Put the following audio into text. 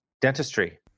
dentistry